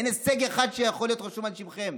אין הישג אחד שיכול להיות רשום על שמכם.